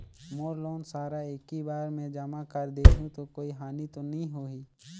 मोर loan सारा एकी बार मे जमा कर देहु तो कोई हानि तो नी होही?